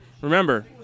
remember